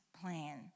plan